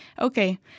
Okay